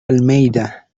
almeida